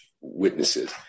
witnesses